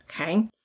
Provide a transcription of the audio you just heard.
Okay